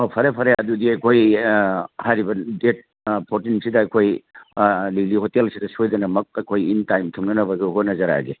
ꯑꯣ ꯐꯔꯦ ꯐꯔꯦ ꯑꯗꯨꯗꯤ ꯑꯩꯈꯣꯏ ꯍꯥꯏꯔꯤꯕ ꯗꯦꯠ ꯐꯣꯔꯇꯤꯟ ꯁꯤꯗ ꯑꯩꯈꯣꯏ ꯂꯤꯂꯤ ꯍꯣꯇꯦꯜꯁꯤꯗ ꯁꯣꯏꯗꯅꯃꯛ ꯑꯩꯈꯣꯏ ꯏꯟ ꯇꯥꯏꯝ ꯊꯨꯡꯅꯅꯕꯗꯣ ꯍꯣꯠꯅꯖꯔꯛꯑꯒꯦ